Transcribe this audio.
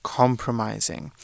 compromising